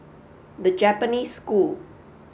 the Japanese School